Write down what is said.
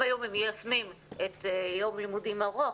אם היו מיישמים את חוק יום לימודים ארוך,